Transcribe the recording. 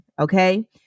okay